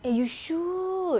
eh you should